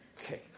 Okay